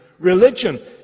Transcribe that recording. Religion